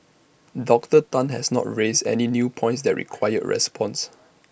Doctor Tan has not raised any new points that require response